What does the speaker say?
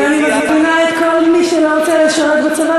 ואני מזמינה את כל מי שלא רוצה לשרת בצבא,